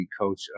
coach